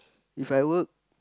if I work